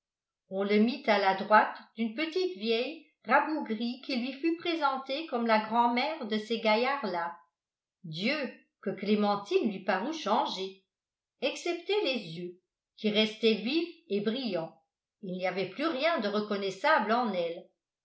on le mit à la droite d'une petite vieille rabougrie qui lui fut présentée comme la grand-mère de ces gaillards-là dieu que clémentine lui parut changée excepté les yeux qui restaient vifs et brillants il n'y avait plus rien de reconnaissable en elle